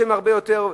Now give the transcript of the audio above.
שהם הרבה יותר,